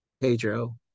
Pedro